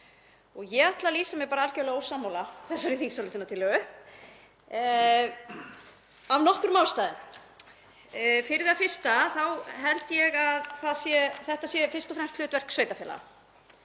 Ég ætla að lýsa mig algerlega ósammála þessari þingsályktunartillögu af nokkrum ástæðum. Fyrir það fyrsta þá held ég að þetta sé fyrst og fremst hlutverk sveitarfélaga,